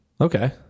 Okay